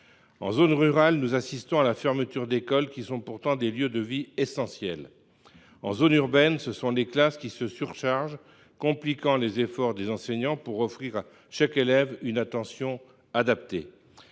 En zone rurale, nous assistons à la fermeture d’écoles, qui sont pourtant des lieux de vie essentiels. En zone urbaine, les classes sont surchargées, ce qui complique les efforts des enseignants pour offrir à chaque élève une attention adaptée.